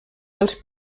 dels